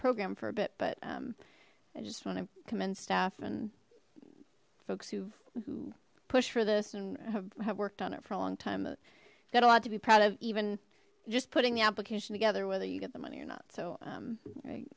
program for a bit but um i just want to commend staff and folks who who push for this and have worked on it for a long time got a lot to be proud of even just putting the application together whether you get the money or not so um i